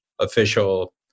official